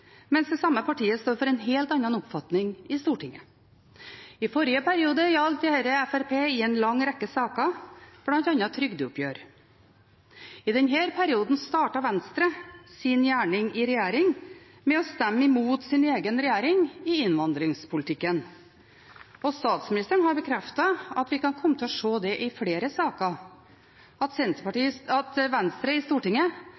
mens det samme partiet står for en helt annen oppfatning i Stortinget. I forrige periode gjaldt dette Fremskrittspartiet i en lang rekke saker, bl.a. trygdeoppgjør. I denne perioden startet Venstre sin gjerning i regjering med å stemme imot sin egen regjering i innvandringspolitikken. Statsministeren har bekreftet at vi kan komme til å se det i flere saker – at Venstre i Stortinget